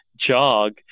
jog